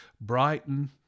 Brighton